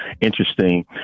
interesting